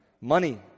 Money